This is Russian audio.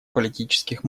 политических